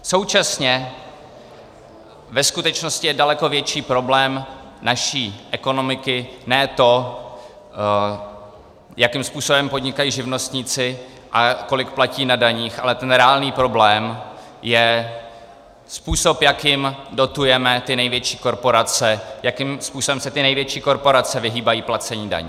Současně ve skutečnosti je daleko větší problém naší ekonomiky ne to, jakým způsobem podnikají živnostníci a kolik platí na daních, ale ten reálný problém je způsob, jakým dotujeme ty největší korporace, jakým způsobem se ty největší korporace vyhýbají placení daní.